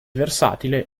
versatile